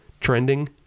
trending